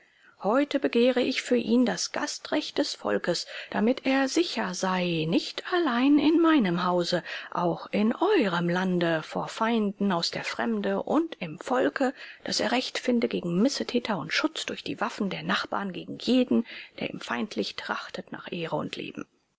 heut begehre ich für ihn das gastrecht des volkes damit er sicher sei nicht allein in meinem hause auch in eurem lande vor feinden aus der fremde und im volke daß er recht finde gegen missetäter und schutz durch die waffen der nachbarn gegen jeden der ihm feindlich trachtet nach ehre und leben